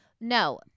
No